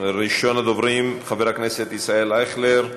ראשון הדוברים, חבר הכנסת ישראל אייכלר,